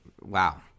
wow